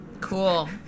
Cool